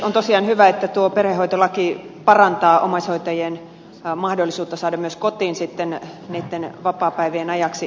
on tosiaan hyvä että tuo perhehoitolaki parantaa omaishoitajien mahdollisuutta saada myös kotiin hoitaja vapaapäivien ajaksi